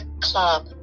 club